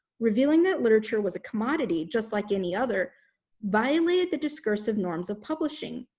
revealing that literature was a commodity just like any other violated the discursive norms of publishing,